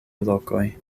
lokoj